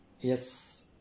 Yes